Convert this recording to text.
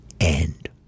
end